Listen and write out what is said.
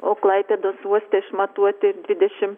o klaipėdos uoste išmatuoti dvidešim